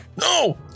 No